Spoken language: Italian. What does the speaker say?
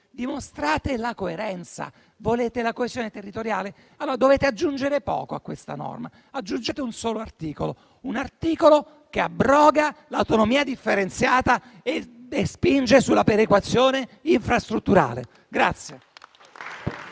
dimostrate coerenza. Volete la coesione territoriale? Allora dovete aggiungere poco a questa norma. Aggiungete un solo articolo che abroghi l'autonomia differenziata e che spinga sulla perequazione infrastrutturale.